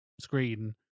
screen